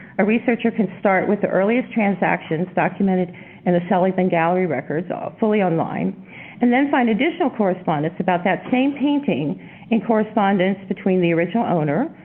a researcher can start with the earliest transactions documented in the sellers and gallery records ah fully online and then find additional correspondence about that same painting in correspondence between the original owner,